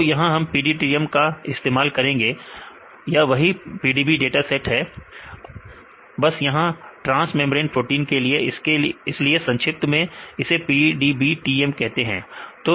तो यहां हम PDBTM का इस्तेमाल करेंगे यह वही PDB डेटाबेस है बस यहां ट्रांस मेंब्रेन प्रोटीन के लिए है इसलिए संक्षिप्त में इसे PDBTM कहते हैं